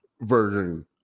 version